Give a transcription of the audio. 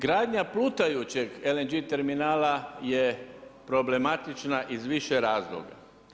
Gradnja plutajućeg LNG terminala je problematična iz više razloga.